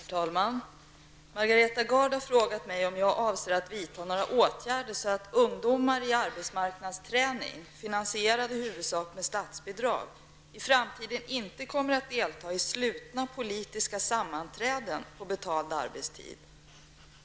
Herr talman! Margareta Gard har frågat mig om jag avser att vidta några åtgärder så att ungdomar i arbetsmarknadsträning -- finansierad i huvudsak med statsbidrag -- i framtiden inte kommer att delta i slutna politiska sammanträden på betald arbetstid.